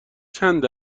چند